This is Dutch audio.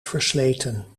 versleten